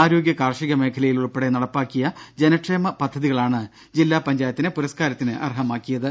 ആരോഗ്യ കാർഷിക മേഖലയിൽ ഉൾപ്പെടെ നടപ്പാക്കിയ ജനക്ഷേമപദ്ധതികളാണ് ജില്ലാപഞ്ചായത്തിനെ പുരസ്കാരത്തിന് അർഹമാക്കിയത്